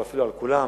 או אפילו על כולן.